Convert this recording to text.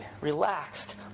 relaxed